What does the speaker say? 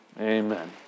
Amen